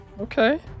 Okay